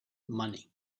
money